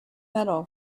medal